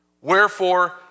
Wherefore